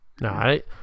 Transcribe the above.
right